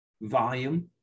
volume